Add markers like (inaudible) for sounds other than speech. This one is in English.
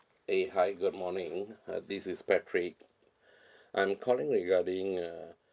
eh hi good morning uh this is patrick (breath) I'm calling regarding uh